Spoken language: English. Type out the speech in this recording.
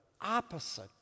opposite